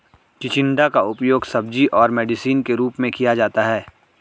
चिचिण्डा का उपयोग सब्जी और मेडिसिन के रूप में किया जाता है